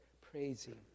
praising